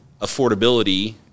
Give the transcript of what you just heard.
affordability